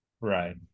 right